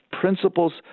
principles